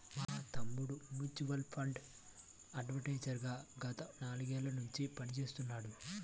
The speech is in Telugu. మా తమ్ముడు మ్యూచువల్ ఫండ్ అడ్వైజర్ గా గత నాలుగేళ్ళ నుంచి పనిచేస్తున్నాడు